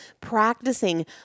practicing